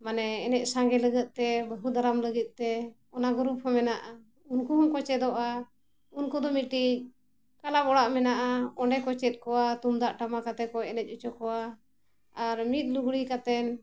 ᱢ ᱚᱱᱮ ᱮᱱᱮᱡ ᱥᱟᱸᱜᱮ ᱞᱟᱹᱜᱤᱫ ᱛᱮ ᱵᱟᱹᱦᱩ ᱫᱟᱨᱟᱢ ᱞᱟᱹᱜᱤᱫ ᱛᱮ ᱚᱱᱟ ᱜᱩᱨᱩᱯ ᱦᱚᱸ ᱢᱮᱱᱟᱜᱼᱟ ᱩᱱᱠᱩ ᱦᱚᱸᱠᱚ ᱪᱮᱫᱚᱜᱼᱟ ᱩᱱᱠᱩ ᱫᱚ ᱢᱤᱫᱴᱤᱡ ᱠᱞᱟᱵᱽ ᱚᱲᱟᱜ ᱢᱮᱱᱟᱜᱼᱟ ᱚᱸᱰᱮ ᱠᱚ ᱪᱮᱫ ᱠᱚᱣᱟ ᱛᱩᱢᱫᱟᱹᱜ ᱴᱟᱢᱟᱠ ᱟᱛᱮᱫ ᱠᱚ ᱮᱱᱮᱡ ᱦᱚᱪᱚ ᱠᱚᱣᱟ ᱟᱨ ᱢᱤᱫ ᱞᱩᱜᱽᱲᱤ ᱠᱟᱛᱮᱫ